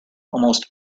almost